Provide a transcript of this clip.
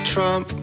Trump